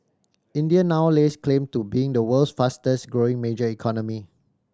India now lays claim to being the world's fastest growing major economy